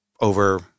over